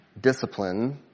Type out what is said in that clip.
discipline